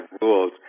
rules